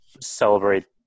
celebrate